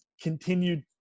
continued